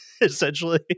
essentially